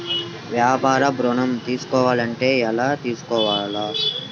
వ్యాపార ఋణం తీసుకోవాలంటే ఎలా తీసుకోవాలా?